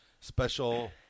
special